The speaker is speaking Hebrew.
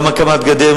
גם הקמת גדר,